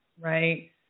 right